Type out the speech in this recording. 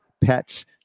pets